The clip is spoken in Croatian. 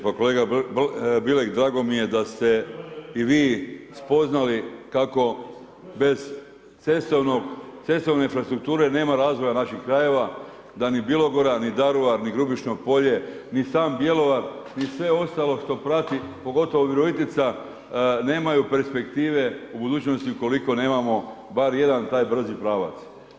Pa kolega Bilek, drago mi je da ste i vi spoznali kako bez cestovne infrastrukture nema razvoja naših krajeva, da ni Bilogora, ni Daruvar, ni Grubišno Polje, ni sam Bjelovar i sve ostalo što prati, pogotovo Virovitica, nemaju perspektive u budućnosti ukoliko nemamo bar jedan taj brzi pravac.